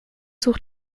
sucht